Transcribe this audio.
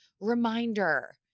Reminder